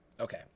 Okay